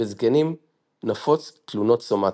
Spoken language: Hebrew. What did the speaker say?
בזקנים נפוץ תלונות סומטיות.